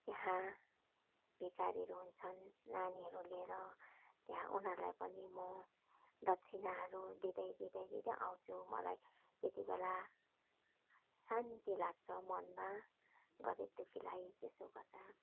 यहाँ भिकारीहरू हुन्छन् नानीहरू लिएर त्यहाँ उनीहरूलाई पनि म दक्षिणाहरू दिदैँ दिदैँ दिदैँ आउँछु मलाई त्यतिबेला शान्ति लाग्छ मनमा गरिब दुःखीलाई यसो गर्दा